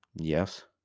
Yes